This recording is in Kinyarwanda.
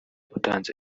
utanze